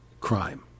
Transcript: crime